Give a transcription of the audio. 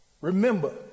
Remember